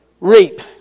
reap